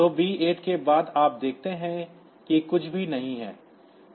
तो B8 के बाद आप देखते हैं कि कुछ भी नहीं है